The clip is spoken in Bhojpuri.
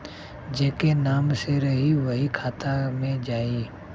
जेके नाम से रही वही के खाता मे जाई